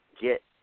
get